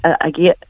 again